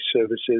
services